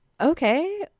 okay